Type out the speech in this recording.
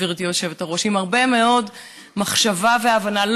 גברתי היושבת-ראש, עם הרבה מאוד מחשבה והבנה.